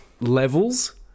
levels